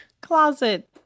closet